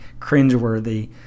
cringeworthy